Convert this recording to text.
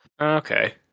Okay